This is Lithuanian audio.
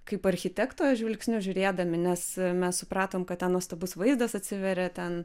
kaip architekto žvilgsniu žiūrėdami nes mes supratom kad ten nuostabus vaizdas atsiveria ten